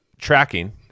tracking